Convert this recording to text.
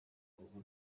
ubu